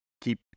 keep